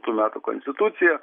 tų metų konstitucija